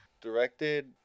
Directed